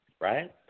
right